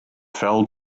fell